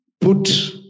put